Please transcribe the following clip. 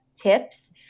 tips